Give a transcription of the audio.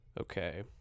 Okay